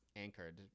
anchored